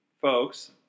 folks